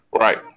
Right